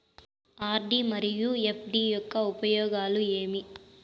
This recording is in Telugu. ఆర్.డి మరియు ఎఫ్.డి యొక్క ఉపయోగాలు ఏమి?